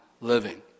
living